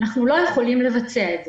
אנחנו לא יכולים לבצע את זה